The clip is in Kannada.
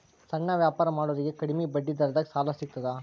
ಸಣ್ಣ ವ್ಯಾಪಾರ ಮಾಡೋರಿಗೆ ಕಡಿಮಿ ಬಡ್ಡಿ ದರದಾಗ್ ಸಾಲಾ ಸಿಗ್ತದಾ?